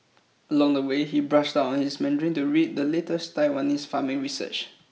along the way he brushed up on his Mandarin to read the latest Taiwanese farming research